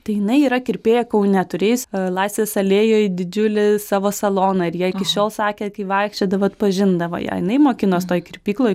tai jinai yra kirpėja kaune turėjusi laisvės alėjoj didžiulį savo saloną ir jai iki šiol sakė kai vaikščiodavo atpažindavo ją jinai mokinos toj kirpykloj